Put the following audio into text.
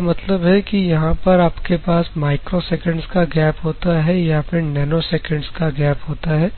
इसका मतलब है कि यहां पर आपके पास माइक्रोसेकेंड्स का गैप होता है या फिर नैनोसेकेंड्स का गैप होता है